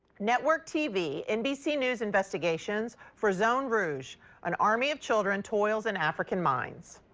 network tv nbc news investigations for zone rouge an army of children toils in african mines.